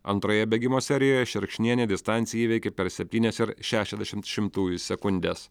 antroje bėgimo serijoje šerkšnienė distanciją įveikė per septynias ir šešiasdešim šimtųjų sekundes